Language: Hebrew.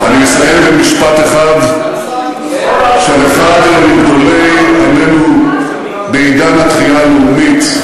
אני אסיים במשפט של אחד מגדולי עמנו בעידן התחייה הלאומית,